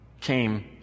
came